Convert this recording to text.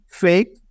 fake